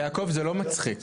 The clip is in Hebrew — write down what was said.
יעקב, זה לא מצחיק.